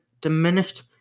diminished